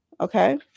Okay